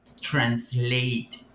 translate